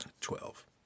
Twelve